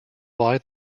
why